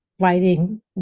writing